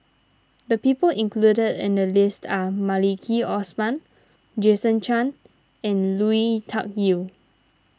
the people included in the list are Maliki Osman Jason Chan and Lui Tuck Yew